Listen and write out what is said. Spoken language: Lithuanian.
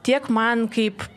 tiek man kaip